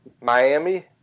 Miami